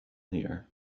here